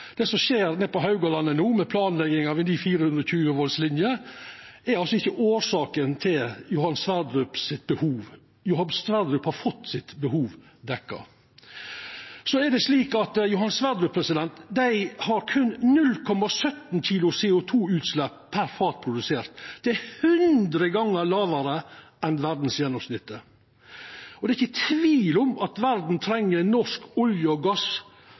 Det som skjer på Haugalandet no, med planlegging av ei ny 420 kV-linje, er ikkje forårsaka av behovet til Johan Sverdrup. Johan Sverdrup har fått behovet sitt dekt. Johan Sverdrup har berre 0,17 kg CO 2 -utslepp per fat produsert. Det er 100 gonger lågare enn verdsgjennomsnittet. Det er ikkje tvil om at verda treng norsk olje- og